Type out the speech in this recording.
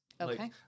Okay